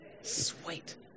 Sweet